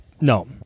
no